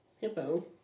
Hippo